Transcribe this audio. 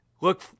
look